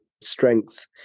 strength